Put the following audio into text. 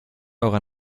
eurer